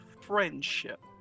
friendship